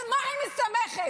אי-אפשר.